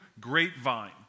grapevine